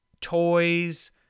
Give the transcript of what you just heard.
Toys